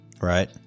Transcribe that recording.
right